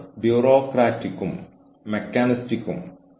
HR planning വിവിധ രീതികളിൽ നമ്മൾ ഇതിനകം ചർച്ച ചെയ്തിട്ടുണ്ട്